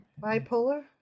Bipolar